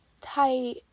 tight